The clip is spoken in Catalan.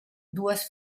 dues